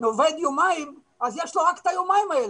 עובד יומיים אז יש לו רק את היומיים האלה.